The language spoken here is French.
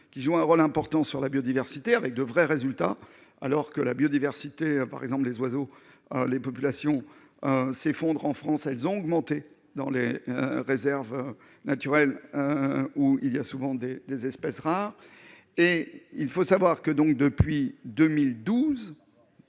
qui joue un rôle important sur la biodiversité, avec de vrais résultats alors que la biodiversité, par exemple, des oiseaux, les populations s'effondrent en France, elles ont augmenté dans les réserves naturelles, hein, où il y a souvent des des espèces rares et il faut savoir que donc depuis 2012,